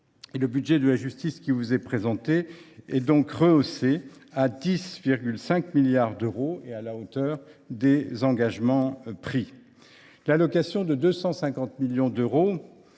Le budget de la justice qui vous est présenté est donc rehaussé à 10,5 milliards d’euros, à la hauteur des engagements pris. L’allocation de 250 millions d’euros